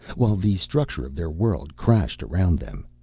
while the structure of their world crashed around them,